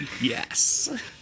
Yes